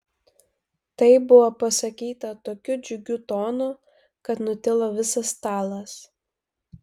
tai buvo pasakyta tokiu džiugiu tonu kad nutilo visas stalas